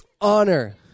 Honor